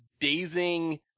dazing